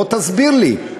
בוא תסביר לי.